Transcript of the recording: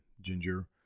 ginger